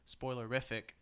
spoilerific